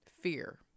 fear